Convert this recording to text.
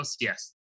Yes